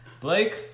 Blake